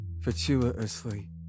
fortuitously